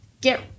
get